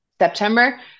September